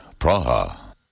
Praha